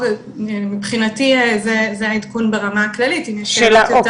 מבחינתי זה העדכון ברמה הכללית, אם יש שאלות.